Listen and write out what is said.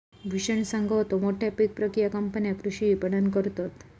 भूषण सांगा होतो, मोठ्या पीक प्रक्रिया कंपन्या कृषी विपणन करतत